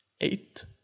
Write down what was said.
eight